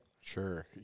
Sure